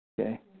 Okay